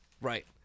Right